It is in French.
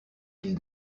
ils